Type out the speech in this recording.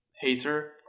hater